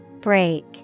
Break